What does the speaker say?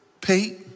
Pete